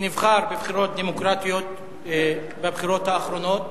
שנבחר בבחירות דמוקרטיות בבחירות האחרונות,